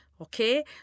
Okay